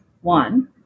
one